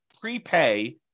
prepay